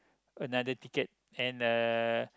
another ticket and uh